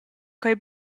quei